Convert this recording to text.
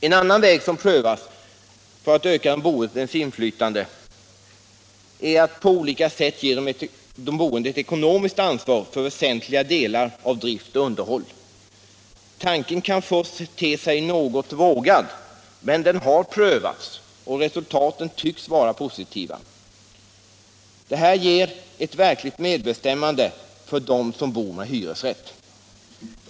En annan väg som prövats för att öka de boendes inflytande är att på olika sätt ge de boende ett ekonomiskt ansvar för väsentliga delar av drift och underhåll. Tanken kan först te sig något vågad, men den har prövats, och resultaten tycks vara positiva. Det här ger ett verkligt medbestämmande för dem som bor med hyresrätt.